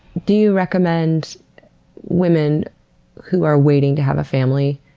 do you recommend women who are waiting to have a family,